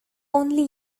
only